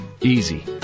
Easy